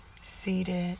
seated